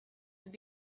have